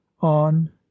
on